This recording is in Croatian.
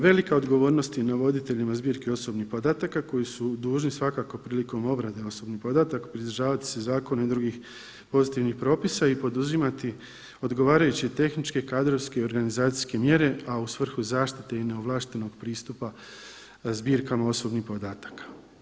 Velika odgovornost je na voditeljima zbirke osobnih podataka koji su dužni svakako prilikom obrade osobnih podataka pridržavati se zakona i drugih pozitivnih propisa i poduzimati odgovarajuće tehničke, kadrovske i organizacijske mjere, a u svrhu zaštite i neovlaštenog pristupa zbirkama osobnih podataka.